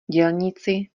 dělníci